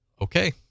Okay